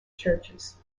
churches